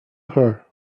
her